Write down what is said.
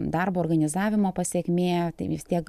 darbo organizavimo pasekmė tai vis tiek